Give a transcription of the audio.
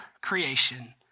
creation